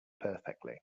perfectly